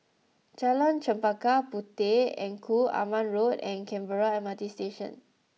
Jalan Chempaka Puteh Engku Aman Road and Canberra M R T Station